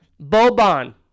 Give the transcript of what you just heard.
Boban